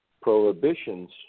Prohibitions